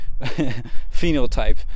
phenotype